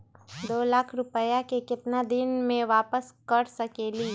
दो लाख रुपया के केतना दिन में वापस कर सकेली?